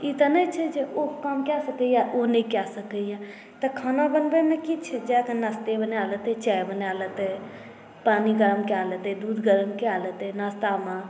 ई तऽ नहि छै जे ओ काम कए सकैए ओ नहि कए सकैए तऽ खाना बनबयमे की छै जा कऽ नाश्ते बनाए लेतै चाय बनाए लेतै पानी गरम कए लेतै दूध गरम कए लेतै नाश्तामे